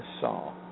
saw